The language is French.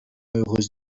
heureuse